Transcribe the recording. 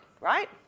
right